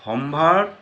সম্ভাৰত